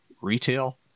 retail